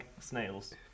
snails